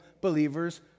believers